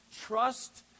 trust